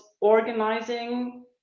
organizing